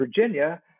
Virginia